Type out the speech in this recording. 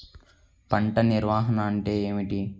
పంట నిర్వాహణ అంటే ఏమిటి?